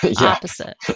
Opposite